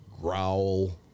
growl